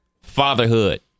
fatherhood